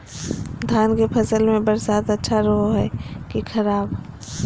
धान के फसल में बरसात अच्छा रहो है कि खराब?